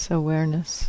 awareness